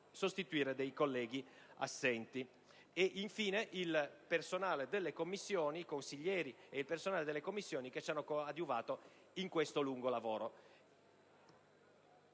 sostituire colleghi assenti. Infine, desidero ringraziare i consiglieri e il personale delle Commissioni che ci hanno coadiuvato in questo lungo lavoro.